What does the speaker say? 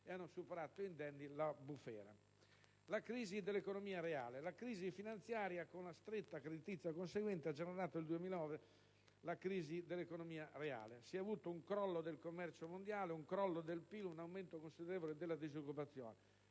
e hanno superato indenni la bufera. Per quanto riguarda la crisi dell'economia reale, la crisi finanziaria, con la stretta creditizia conseguente, ha generato nel 2009 la crisi dell'economia reale; si è avuto un crollo del commercio mondiale, un crollo del PIL ed un aumento considerevole della disoccupazione.